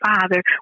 Father